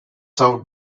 served